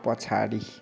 पछाडि